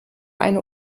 eine